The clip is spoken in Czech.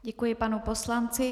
Děkuji panu poslanci.